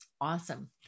Awesome